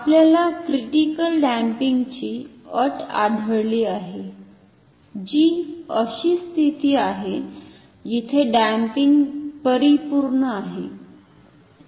आपल्याला क्रिटिकल डॅम्पिंगची अट आढळली आहे जी अशी स्थिती आहे जिथे डॅम्पिंग परिपूर्ण आहे